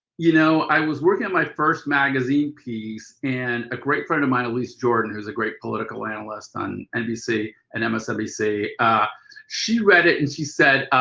you know, i was working on my first magazine piece and a great friend of mine, elise jordan, who's a great political analyst on nbc and msnbc, she read it and she said,